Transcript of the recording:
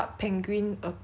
her club penguin